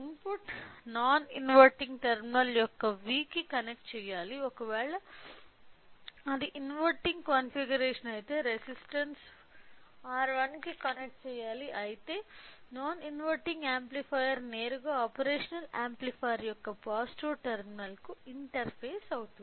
input non inverting terminal యొక్క V కి connect చెయ్యాలి ఒకవేళ అది ఇన్వెర్టింగ్ కాన్ఫిగరేషన్ అయితే రెసిస్టన్స్ R1 కి కనెక్ట్ చెయ్యాలి అయితే నాన్ ఇన్వెర్టింగ్ యాంప్లిఫైయర్ నేరుగా ఆపరేషనల్ యాంప్లిఫైయర్ యొక్క పాజిటివ్ టెర్మినల్కు ఇంటర్ఫేస్ అవుతుంది